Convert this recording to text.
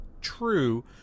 true